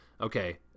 okay